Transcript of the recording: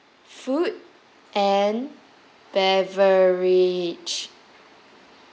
food and beverage